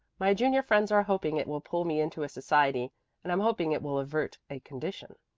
my junior friends are hoping it will pull me into a society and i'm hoping it will avert a condition.